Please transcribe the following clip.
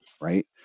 right